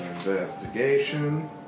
Investigation